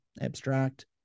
abstract